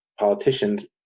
politicians